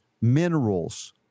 minerals